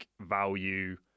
value